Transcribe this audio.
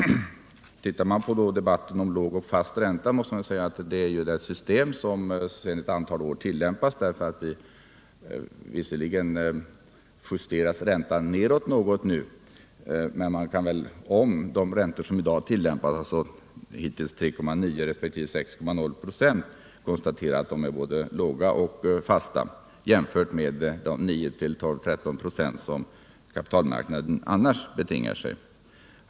Man måste säga att det system som sedan ett antal år tillämpas innebär en låg och fast ränta. Visserligen justeras räntan nu något nedåt, men man kan om de räntor som i dag tillämpas — alltså hittills 3,9 resp. 6.0 "5 — konstatera att de är både låga och fasta jämfört med de 9-13 "+ som kapitalmarknaden annars betingar sig.